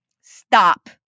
stop